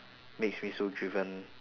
makes me so driven